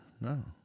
no